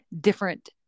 different